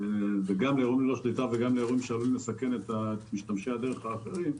וגם לאירועים שעלולים לסכן את משתמשי הדרך האחרים.